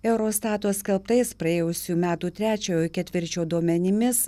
eurostato skelbtais praėjusių metų trečiojo ketvirčio duomenimis